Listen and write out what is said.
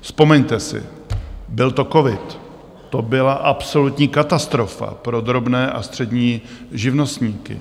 Vzpomeňte si, byl to covid, to byla absolutní katastrofa pro drobné a střední živnostníky.